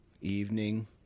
evening